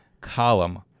column